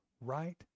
right